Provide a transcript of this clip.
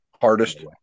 Hardest